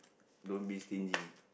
don't be stingy